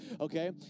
okay